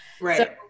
Right